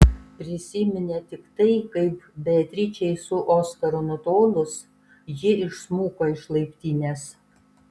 prisiminė tik tai kaip beatričei su oskaru nutolus ji išsmuko iš laiptinės